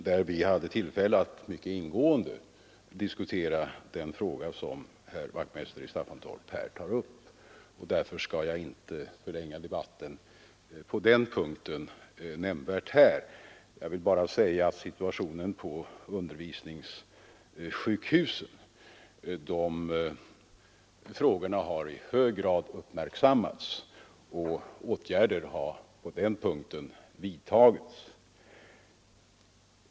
Där hade vi tillfälle att mycket ingående diskutera den fråga som herr Wachtmeister i Staffanstorp här ta upp. Därför skall jag inte nämnvärt förlänga debatten på den punkten. Jag vill bara säga att de frågor som gäller situationen på undervisningssjukhusen i hög grad har uppmärksammats och att åtgärder har vidtagits på den punkten.